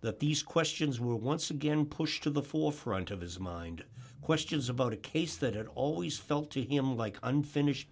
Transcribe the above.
that these questions were once again pushed to the forefront of his mind questions about a case that always felt to him like unfinished